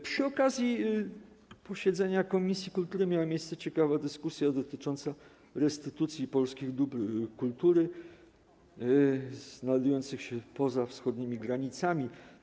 Przy okazji posiedzenia komisji kultury miała miejsce ciekawa dyskusja dotycząca restytucji polskich dóbr kultury znajdujących się poza wschodnimi granicami.